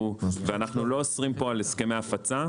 ואנחנו לא אוסרים פה על הסכמי הפצה,